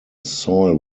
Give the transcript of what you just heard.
soil